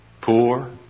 poor